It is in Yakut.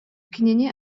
кинини